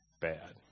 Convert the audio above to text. bad